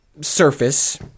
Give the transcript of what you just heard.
surface